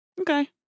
okay